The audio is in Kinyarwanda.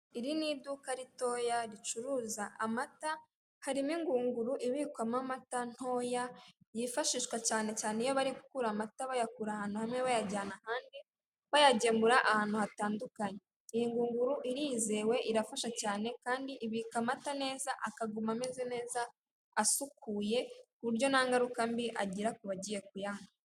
Iri ni iduka ritoya, ricuruza amata, harimo ingunguru ibikwamo amata, ntoya, yifashishwa cyane cyane iyo bari gukura amata, bayakura ahantu hamwe, bayajyana ahandi, bayagemura ahantu hatandukanye. Iyi ngunguru irizewe, irafasha cyane, kandi ibika amata neza, akaguma ameza neza, asukuye, ku buryo nta ngaruka mbi agira ku bagiye kuyanywa.